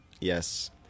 Yes